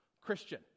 Christian